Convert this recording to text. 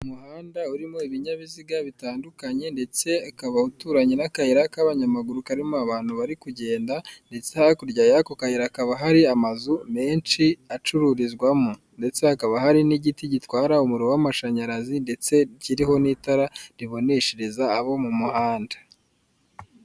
Umuhanda urimo ibinyabiziga bitandukanye, ndetse ukaba uturanye n'akayira k'abanyamaguru karimo abantu bari kugenda, ndetse hakurya y'ako kayira hakaba hari amazu menshi acururizwamo. Ndetse hakaba hari n'igiti gitwara umuriro w'amashanyarazi ndetse kiriho n'itara riboneshereza abo mu muhanda.